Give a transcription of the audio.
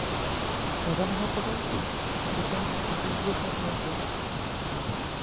ᱥᱟᱫᱷᱟᱨᱚᱱ ᱦᱚᱲ ᱠᱚᱫᱚ ᱡᱮᱛᱮᱱ ᱦᱟᱹᱠᱩ ᱜᱮᱠᱚ ᱡᱚᱢ ᱠᱚᱣᱟ ᱟᱨ